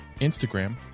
Instagram